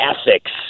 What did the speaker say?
ethics